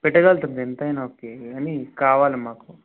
పెట్టగలుగుతాను ఎంతైనా ఓకే కానీ కావాలి మాకు